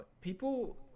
people –